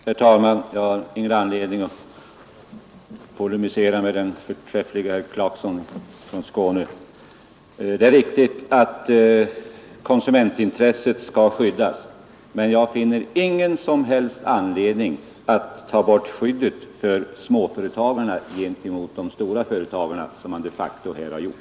Herr talman! Jag har ingen anledning att polemisera mot den förträfflige herr Clarkson från Skåne. Det är riktigt att konsumentintresset skall skyddas, men jag finner ingen som helst anledning att ta bort det skydd som småföretagarna haft gentemot de stora företagarna, vilket man de facto här har gjort.